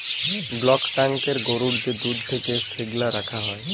block ট্যাংকয়ে গরুর যে দুহুদ থ্যাকে সেগলা রাখা হ্যয়